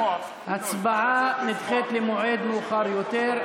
ההצבעה נדחית למועד מאוחר יותר,